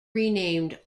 renamed